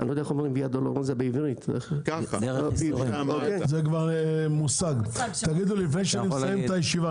לפני שאני מסיים את הישיבה,